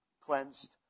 Cleansed